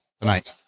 tonight